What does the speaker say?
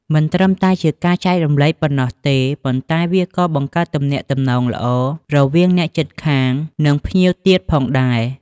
មិនត្រឹមតែជាការចែករំលែកប៉ុណ្ណោះទេ ប៉ុន្តែវាក៏បង្កើនទំនាក់ទំនងល្អរវៀងអ្នកជិតខាងនិងភ្ញៀវទៀតផងដែរ។